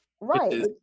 Right